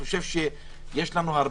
קשה מאוד למישהו מבחוץ להבין מה זה הטלת